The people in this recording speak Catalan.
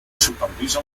supervisa